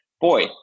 Boy